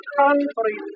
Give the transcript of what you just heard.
country